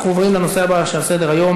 אנחנו עוברים לנושא הבא שעל סדר-היום: